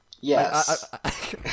Yes